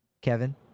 kevin